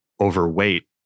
overweight